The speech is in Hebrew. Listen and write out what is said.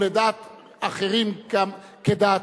או לדעת אחרים כדעתו,